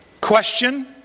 question